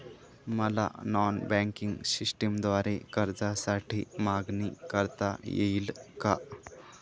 मला non banking सिस्टमद्वारे कर्जासाठी मागणी करता येईल का?